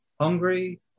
hungry